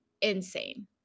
insane